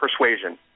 persuasion